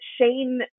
Shane